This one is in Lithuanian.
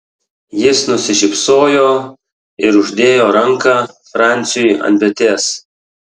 jis nusišypsojo ir uždėjo ranką franciui ant peties